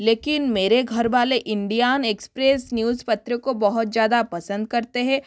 लेकिन मेरे घर बाले इंडियान एक्सप्रेस न्यूज़ पत्र को बहुत ज़्यादा पसंद करते है